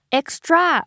extra